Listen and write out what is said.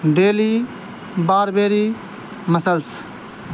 daily barbary muscles